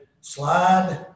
slide